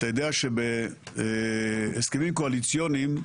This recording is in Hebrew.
אתה יודע שבהסכמים קואליציוניים,